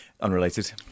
unrelated